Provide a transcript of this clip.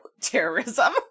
terrorism